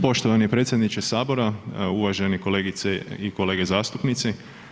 Poštovani predsjedniče HS, a uvaženi kolegice i kolege zastupnici.